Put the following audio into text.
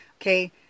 Okay